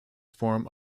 form